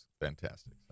fantastic